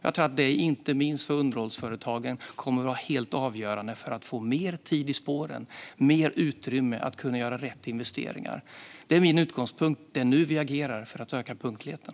Jag tror att det kommer att vara helt avgörande, inte minst för underhållsföretagen, för att få mer tid i spåren och mer utrymme för att kunna göra rätt investeringar. Det är min utgångspunkt. Det är nu vi agerar för att öka punktligheten.